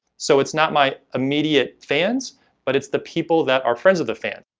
so it's not my immediate fans but it's the people that are friends of the fan.